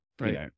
right